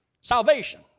Salvation